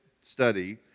study